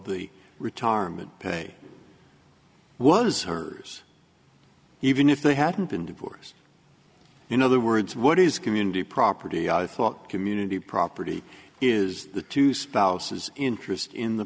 the retirement pay was hers even if they hadn't been divorced in other words what is community property i thought community property is the two spouses interest in the